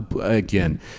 again